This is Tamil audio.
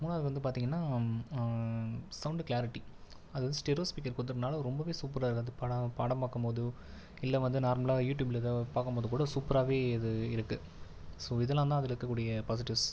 மூணாவது வந்து பார்த்தீங்கன்னா சவுண்டு கிளாரிட்டி அது வந்து ஸ்டடோ ஸ்பீக்கர் கொடுத்துருக்குறதுனால ரொம்பவே சூப்பராக இருக்குது அந்த பட படம் பார்க்கும்போது இல்லை வந்து நார்மலாக யூடியூப்பில் ஏதோ பார்க்கும் போது கூட சூப்பராகவே இது இருக்குது ஸோ இதெல்லாம் தான் அதில் இருக்கக் கூடிய பாஸ்ட்டிவ்ஸ்